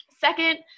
Second